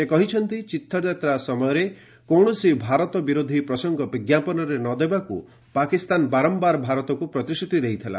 ସେ କହିଛନ୍ତି ତୀର୍ଥଯାତ୍ରା ସମୟରେ କୌଣସି ଭାରତ ବିରୋଧୀ ପ୍ରସଙ୍ଗ ବିଜ୍ଞାପନରେ ନ ଦେବାକୁ ପାକିସ୍ତାନ ବାରମ୍ଭାର ଭାରତକୁ ପ୍ରତିଶ୍ରତି ଦେଇଥିଲା